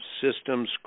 Systems